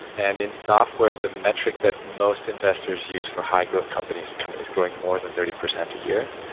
and in software, the metric that most investors use for high growth companies, companies growing more than thirty percent a year,